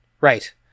Right